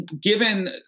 given